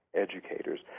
educators